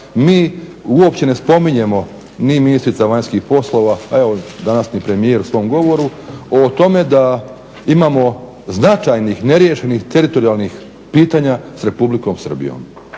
mi uopće ne spominjemo ni ministrica vanjskih poslova a evo danas ni premijer u svom govoru o tome da imamo značajnih neriješenih, teritorijalnih pitanja s Republikom Srbijom.